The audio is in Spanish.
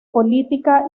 política